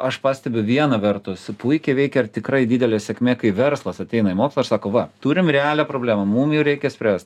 aš pastebiu vieną vertus puikiai veikia ir tikrai didelė sėkmė kai verslas ateina į mokslą ir sako va turim realią problemą mum ją reikia spręst